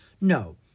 No